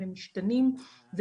אבל הם משתנים ומתקדמים.